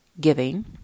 giving